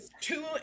two